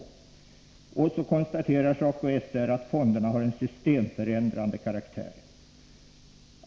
Dessutom konstaterar SACOY/SR att fonderna har en systemförändrande karaktär.